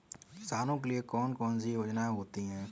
किसानों के लिए कौन कौन सी योजनायें होती हैं?